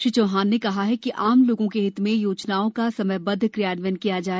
श्री चौहान ने कहा कि आम लोगों के हित में योजनाओं का समयबद्ध क्रियान्वयन किया जाए